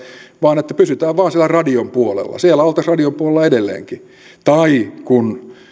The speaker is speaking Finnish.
vaan että pysytään vain siellä radion puolella siellä oltaisiin radiopuolella edelleenkin tai kun